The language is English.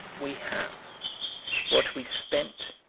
we have what we spent,